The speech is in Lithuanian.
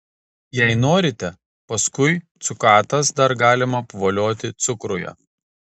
jei norite paskui cukatas dar galima apvolioti cukruje